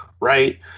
right